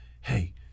Hey